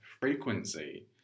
frequency